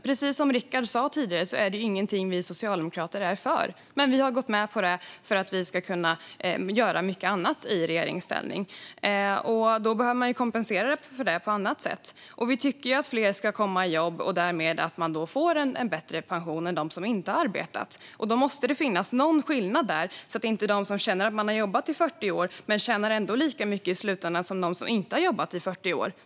Precis som Rikard sa tidigare är det inget vi socialdemokrater är för, men vi har gått med på det för att vi ska kunna göra mycket annat i regeringsställning. Då behöver man kompensera för detta på annat sätt. Vi tycker att fler ska komma i jobb och därmed få en bättre pension än de som inte arbetat. Det måste finnas en skillnad så att inte de som har jobbat i 40 år i slutändan ändå tjänar lika mycket som de som inte har gjort det.